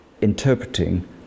interpreting